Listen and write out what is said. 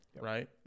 Right